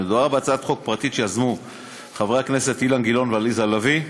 מדובר בהצעת חוק פרטית שיזמו חברי הכנסת אילן גילאון ועליזה לביא.